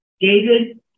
David